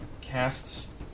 Casts